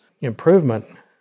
improvement